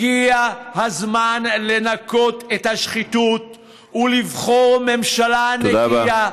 הגיע הזמן לנקות את השחיתות ולבחור ממשלה נקייה,